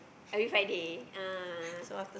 every Friday ah